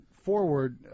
forward